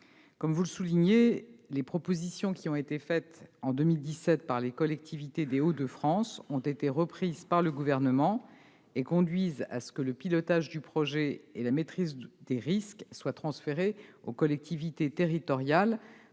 Comme vous le soulignez, les propositions qui ont été formulées en 2017 par les collectivités des Hauts-de-France ont été reprises par le Gouvernement ; elles conduisent à ce que le pilotage du projet et la maîtrise des risques soient transférés aux collectivités territoriales,